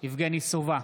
יבגני סובה,